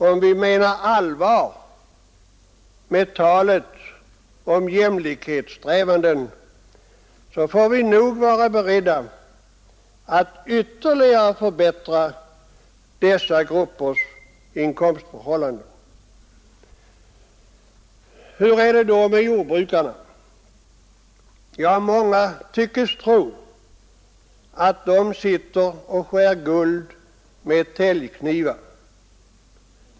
Om vi menar allvar med talet om jämlikhetssträvanden, får vi nog vara beredda att ytterligare förbättra dessa gruppers inkomstförhållanden. Hur är det då med jordbrukarna? Ja, många tycks tro att de sitter och skär guld med täljknivar.